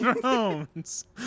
drones